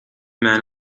men